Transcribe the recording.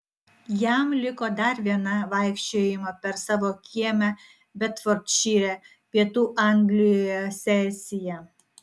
jam liko dar viena vaikščiojimo per savo kiemą bedfordšyre pietų anglijoje sesija